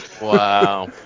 wow